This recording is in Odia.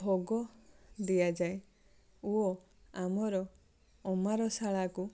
ଭୋଗ ଦିଆଯାଏ ଓ ଆମର ଅମାର ଶାଳାକୁ